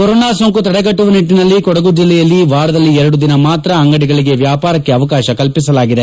corona ಸೋಂಕು ತಡೆಗಟ್ಟುವ ನಿಟ್ಟಿನಲ್ಲಿ ಕೊಡಗು ಜಿಲ್ಲೆಯಲ್ಲಿ ವಾರದಲ್ಲಿ ಎರಡು ದಿನ ಮಾತ್ರ ಅಂಗಡಿಗಳಿಗೆ ವ್ಯಾಪಾರಕ್ಕೆ ಅವಕಾಶ ಕಲ್ಪಿಸಲಾಗಿದೆ